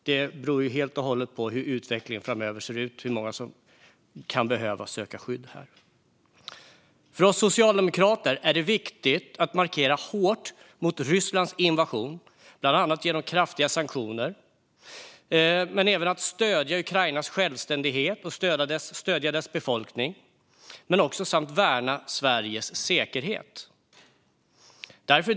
Det beror helt och hållet på hur utvecklingen kommer att se ut framöver. För oss socialdemokrater är det viktigt att markera hårt mot Rysslands invasion bland annat genom kraftiga sanktioner, men även att stödja Ukrainas självständighet och stödja dess befolkning samt värna Sveriges säkerhet.